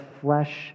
flesh